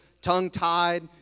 tongue-tied